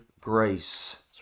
grace